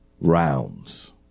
rounds